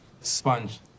Sponge